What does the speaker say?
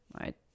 right